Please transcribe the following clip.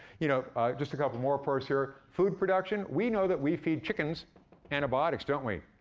you know just a couple more for us here. food production we know that we feed chickens antibiotics, don't we?